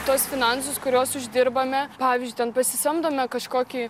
tuos finansus kuriuos uždirbame pavyzdžiui ten pasisamdome kažkokį